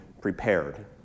prepared